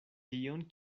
tion